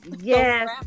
yes